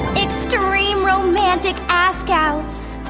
extreme romantic ask-outs,